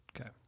Okay